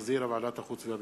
שהחזירה ועדת החוץ והביטחון.